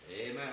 Amen